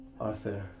Arthur